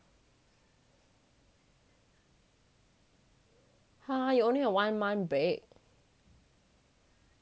!huh! you only have one month break